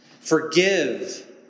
Forgive